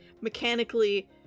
mechanically